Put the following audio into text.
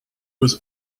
was